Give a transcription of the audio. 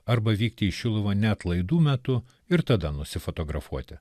arba vykti į šiluvą ne atlaidų metu ir tada nusifotografuoti